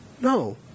No